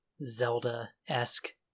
Zelda-esque